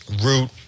Route